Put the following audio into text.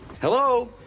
Hello